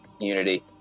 unity